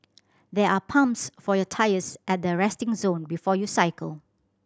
there are pumps for your tyres at the resting zone before you cycle